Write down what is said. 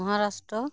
Maharashtra